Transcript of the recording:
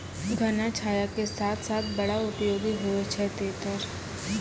घना छाया के साथ साथ बड़ा उपयोगी होय छै तेतर